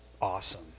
awesome